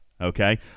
okay